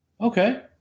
Okay